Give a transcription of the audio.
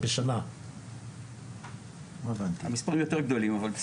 ואני לא ארחיב יותר מזה,